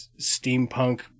steampunk